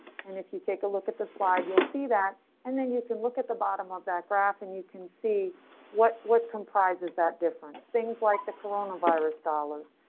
and if you take a look at the slide, you'll see that and then you can look at the bottom of that graph and you can see what what comprises that difference. things like the coronavirus dollars,